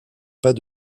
pas